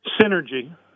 Synergy